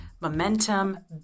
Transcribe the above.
momentum